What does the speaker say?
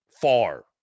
Far